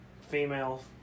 female